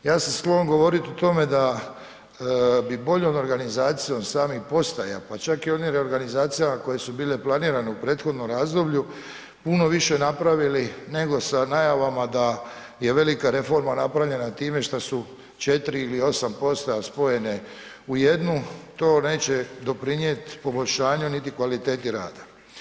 Ja sam sklon govoriti o tome da bi boljom organizacijom samih postaja, pa čak i onih reorganizacija koje su bile planirane u prethodnom razdoblju, puno više napravili, nego sa najavama da je velika reforma napravljena time šta su 4 ili 8 postaja spojene u jednu, to neće doprinijet poboljšanju niti kvaliteti rada.